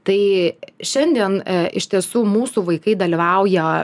tai šiandien iš tiesų mūsų vaikai dalyvauja